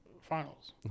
finals